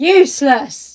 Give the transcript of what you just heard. useless